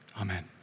Amen